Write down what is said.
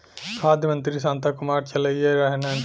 खाद्य मंत्री शांता कुमार चललइले रहलन